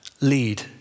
lead